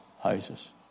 houses